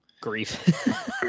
grief